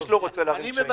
איש לא רוצה להערים קשיים.